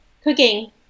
cooking